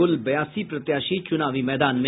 कुल बयासी प्रत्याशी चुनावी मैदान में